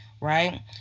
right